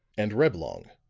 and reblong,